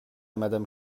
madame